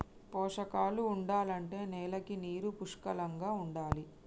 పోషకాలు ఉండాలంటే నేలకి నీరు పుష్కలంగా ఉండాలి